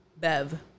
Bev